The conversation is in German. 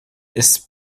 ist